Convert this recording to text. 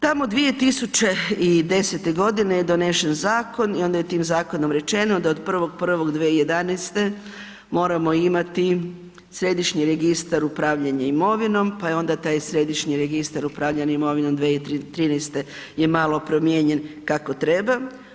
Tamo 2010. godine je donesen zakon i onda je tim zakonom rečeno da od 1.1.2011. moramo imati Središnji registar upravljanja imovinom pa je onda taj Središnji registar upravljanja imovinom 2013. je malo promijenjen kako treba.